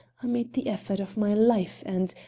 i made the effort of my life, and,